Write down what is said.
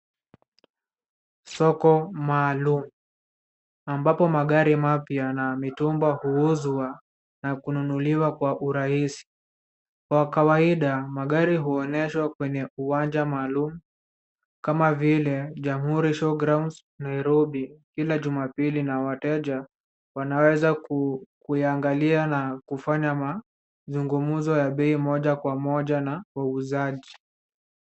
Soko maalum ambapo magari mapya na mitumba huuzwa na kununuliwa kwa urahisi. Kwa kawaida magari huonyeshwa kwenye uwanja maalum kama vile jamhuri show grounds Nairobi kila jumapili na wateja wanaweza kuyaangalia na kufanya mazungumzo ya bei moja kwa moja na wauzaji.